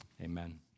amen